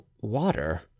water